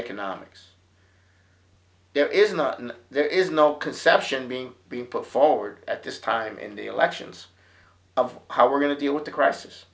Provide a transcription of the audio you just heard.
economics there is not and there is no conception being put forward at this time in the elections of how we're going to deal with the crisis